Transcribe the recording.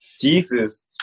Jesus